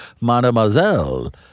Mademoiselle